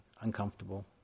uncomfortable